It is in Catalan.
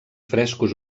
frescos